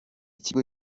kigo